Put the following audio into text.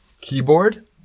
keyboard